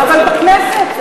אבל בכנסת,